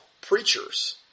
preachers